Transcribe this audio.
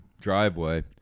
driveway